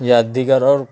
یا دیگر اور